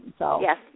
Yes